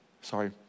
sorry